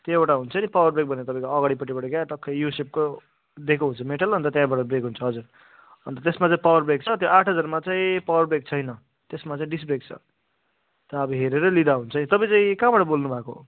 त्यो एउटा हुन्छ नि पावर ब्रेक भनेको अगाडिपट्टिबाट क्या ट्याक्कै यु सेपको दिएको हुन्छ मेटल अनि त्यहाँबाट ब्रेक हुन्छ हजुर अन्त त्यसमा चाहिँ पावर ब्रेक छ त्यो आठ हजारमा चाहिँ पावर ब्याग छैन त्यसमा चाहि डिस ब्रेक छ र अब हेरेर चाहिँ लिँदा हुन्छ तपाईँ चाहिँ कहाँबाट बोल्नुभएको हो